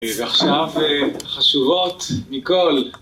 ועכשיו חשובות מכל.